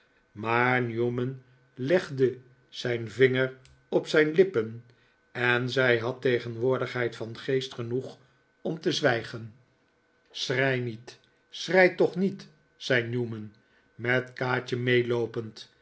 maar newman legde zijn vinger op zijn lippen en zij had tegenwoordigheid van geest genoeg om te zwijgen newman noggs is ernstig vertoornd schrei niet schrei toch niet zei newman met kaatje meeloopend